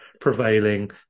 prevailing